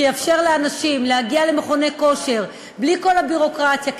שיאפשר לאנשים להגיע למכוני כושר בלי כל הביורוקרטיה,